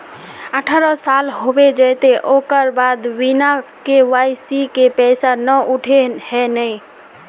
अठारह साल होबे जयते ओकर बाद बिना के.वाई.सी के पैसा न उठे है नय?